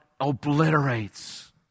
obliterates